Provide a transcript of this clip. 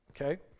okay